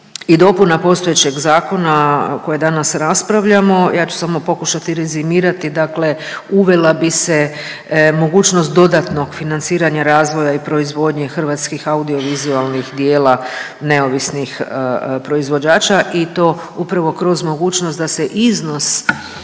i dopuna postojećeg zakona koje danas raspravljamo, ja ću samo pokušati rezimirati dakle uvela bi se mogućnost dodatnog financiranja razvoja i proizvodnje hrvatskih audio vizualnih djela neovisnih proizvođača i to upravo kroz mogućnost da se iznos